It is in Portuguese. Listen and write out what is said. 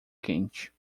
quente